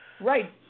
Right